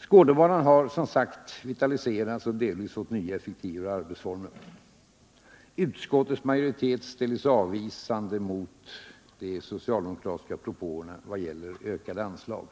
Skådebanan har som sagt vitaliserats och delvis fått nya, effektivare arbetsformer. Utskottets majoritet ställer sig trots detta avvisande till de socialdemokratiska propåerna om ökade anslag.